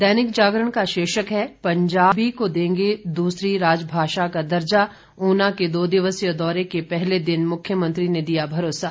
दैनिक जागरण का शीर्षक है पंजाबी को देंगे दूसरी राजभाषा का दर्जा ऊना के दो दिवसीय दौरे के पहले दिन मुख्यमंत्री ने दिया भरोसा